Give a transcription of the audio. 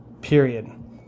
Period